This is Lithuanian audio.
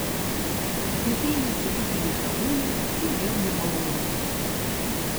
atlikėjui egidijui dragūnui ir vėl nemalonumai